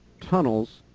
tunnels